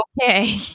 okay